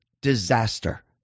disaster